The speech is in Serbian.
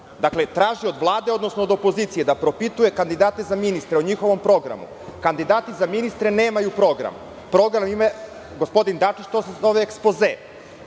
Dakle, traži od Vlade, odnosno od opozicije da propituje kandidate za ministra o njihovom programu. Kandidati za ministre nemaju program. Program ima gospodin Dačić, to se zove ekspoze.